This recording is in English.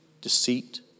deceit